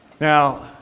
Now